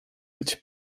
być